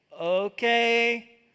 okay